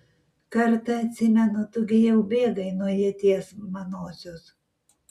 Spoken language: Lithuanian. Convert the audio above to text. kartą atsimenu tu gi jau bėgai nuo ieties manosios